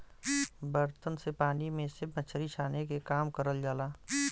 बर्तन से पानी में से मछरी छाने के काम करल जाला